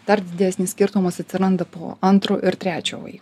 dar didesnis skirtumas atsiranda po antro ir trečio vaik